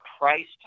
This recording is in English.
Christ